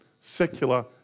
secular